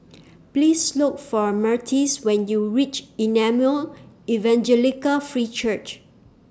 Please Look For Myrtis when YOU REACH Emmanuel Evangelical Free Church